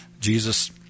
jesus